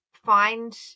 find